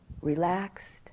relaxed